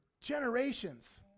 generations